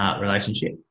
relationship